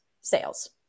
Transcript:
sales